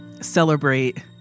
celebrate